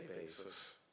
basis